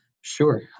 Sure